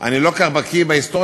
אני לא כל כך בקי בהיסטוריה,